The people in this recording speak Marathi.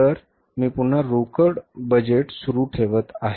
तर मी पुन्हा रोकड बजेट सुरू ठेवत आहे